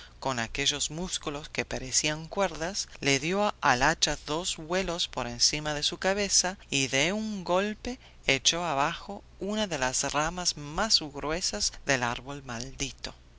con aquellos músculos que parecían cuerdas le dio al hacha dos vuelos por encima de su cabeza y de un golpe echó abajo una de las ramas más gruesas del árbol maldito